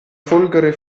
folgore